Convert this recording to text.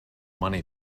money